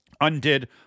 Undid